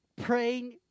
praying